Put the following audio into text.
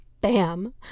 BAM